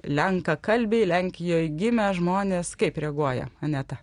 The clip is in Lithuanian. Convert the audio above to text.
lenkakalbiai lenkijoj gimę žmonės kaip reaguoja aneta